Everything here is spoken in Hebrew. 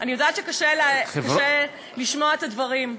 אני יודעת שקשה לשמוע את הדברים.